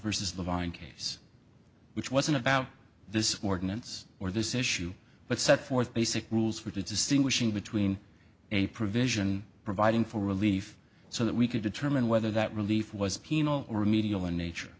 versus the vine case which wasn't about this ordinance or this issue but set forth basic rules for distinguishing between a provision providing for relief so that we could determine whether that relief was penal or remedial in nature